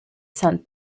sand